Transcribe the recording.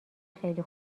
خیلی